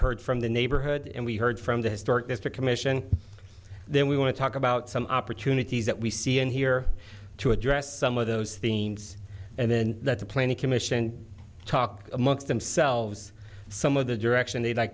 heard from the neighborhood and we heard from the historic mr commission then we want to talk about some opportunities that we see in here to address some of those themes and then that the planning commission talk amongst themselves some of the direction they'd like